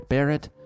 Barrett